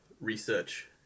research